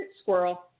Squirrel